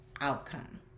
outcome